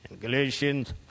Galatians